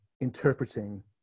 interpreting